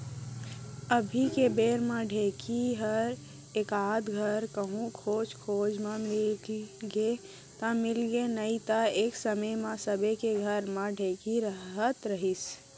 अभी के बेरा म ढेंकी हर एकाध धर कहूँ खोजे खाजे म मिलगे त मिलगे नइतो एक समे म सबे के घर म ढेंकी रहत रहिस